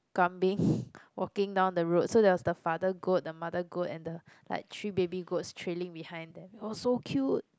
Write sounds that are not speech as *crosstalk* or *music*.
kambing *breath* walking down the road so there was the father goat the mother goat and the like three baby goats trailing behind them it was so cute